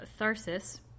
Tharsis